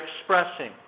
expressing